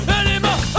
anymore